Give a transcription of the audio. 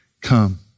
come